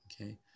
Okay